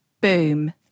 Boom